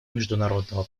международного